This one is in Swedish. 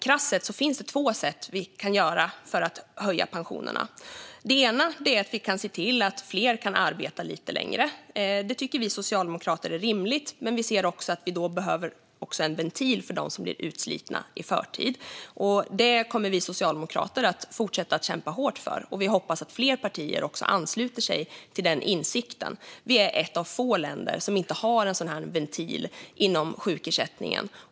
Krasst sett finns det två sätt att höja pensionerna. Det ena är att vi kan se till att fler kan arbeta lite längre. Det tycker vi socialdemokrater är rimligt, men vi ser att det då behövs en ventil för dem som blir utslitna i förtid. Det kommer vi socialdemokrater att fortsätta att kämpa hårt för, och vi hoppas att fler partier ska få den insikten. Sverige är ett av få länder som inte har en sådan ventil inom sjukersättningen.